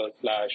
slash